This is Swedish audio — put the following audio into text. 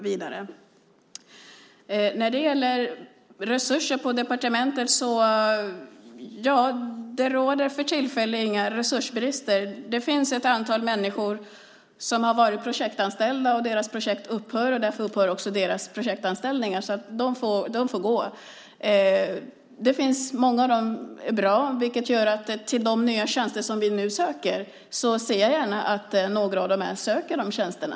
Sedan var det en fråga om resurserna på departementet. För tillfället råder ingen resursbrist. Det finns ett antal människor som har varit projektanställda. Deras projekt upphör, och därför upphör också deras projektanställningar. De får gå. Många av dem är bra. Det innebär att till de nya tjänster där vi nu söker folk ser jag gärna att några av dem söker tjänsterna.